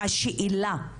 השאלה היא